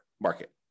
market